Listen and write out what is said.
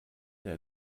der